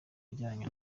ajyanye